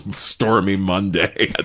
stormy monday.